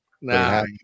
Nah